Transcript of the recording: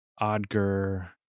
Odger